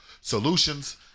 solutions